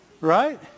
Right